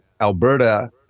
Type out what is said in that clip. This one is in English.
Alberta